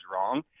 wrong